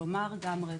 כלומר גם רטרואקטיבית.